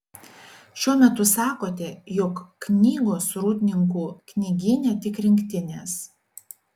šiuo metu sakote jog knygos rūdninkų knygyne tik rinktinės